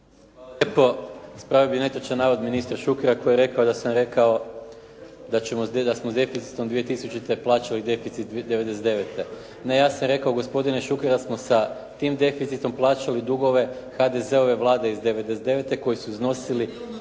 Hvala lijepo. Ispravio bih netočan navod ministra Šukera koji je rekao da sam rekao da smo s deficitom 2000. plaćali deficit 1999. Ne, ja sam rekao gospodine Šuker da smo sa tim deficitom plaćali dugove HDZ-ove vlade iz '99. koji su iznosili